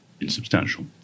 insubstantial